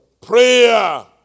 Prayer